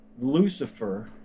Lucifer